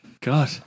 God